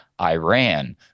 Iran